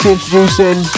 Introducing